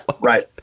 right